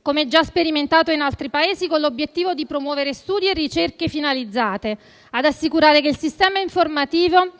come già sperimentato in altri Paesi, con l'obiettivo di promuovere studi e ricerche finalizzate ad assicurare che il sistema informativo